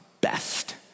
best